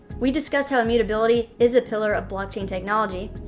we discussed how immutability is a pillar of blockchain technology,